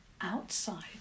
Outside